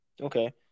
Okay